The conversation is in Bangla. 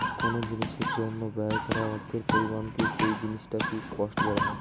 কোন জিনিসের জন্য ব্যয় করা অর্থের পরিমাণকে সেই জিনিসটির কস্ট বলা হয়